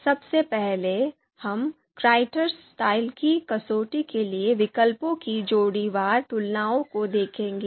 सबसे पहले हम criter स्टाइल 'की कसौटी के लिए विकल्पों की जोड़ीवार तुलनाओं को देखेंगे